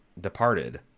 departed